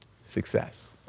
success